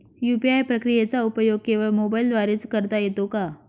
UPI प्रक्रियेचा उपयोग केवळ मोबाईलद्वारे च करता येतो का?